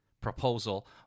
proposal